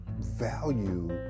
value